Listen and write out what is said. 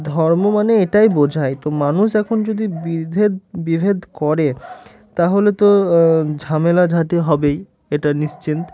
ধর্ম মানে এটাই বোঝায় তো মানুষ এখন যদি বিধেদ বিভেদ করে তাহলে তো ঝামেলাঝাটি হবেই এটা নিশ্চিত